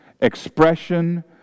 expression